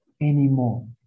anymore